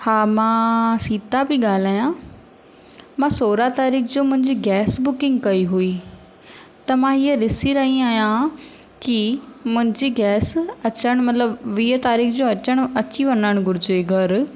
हा मां सीता पई ॻाल्हायां मां सोरहं तारीख़ जो मुंहिंजी गैस बुकिंग कई हुई त मां हीअ ॾिसी रही आहियां की मुंहिंजी गैस अचणु मतिलबु वीह तारीख़ जो अचणु अची वञणु घुरिजे घरु